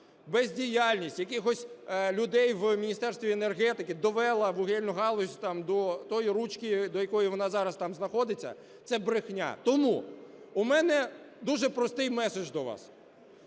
бездіяльність якихось людей в Міністерстві енергетики довела вугільну галузь там до тої ручки, до якої вона зараз там знаходиться, це брехня. Тому у мене дуже простий меседж до вас.